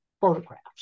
photographs